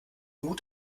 mut